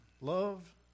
love